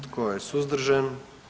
Tko je suzdržan?